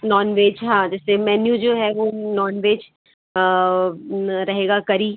non veg हाँ जैसे menu जो है वो नॉन वेज रहेगा करी